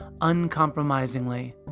uncompromisingly